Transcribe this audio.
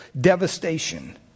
devastation